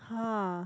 !huh!